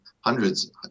hundreds